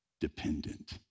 dependent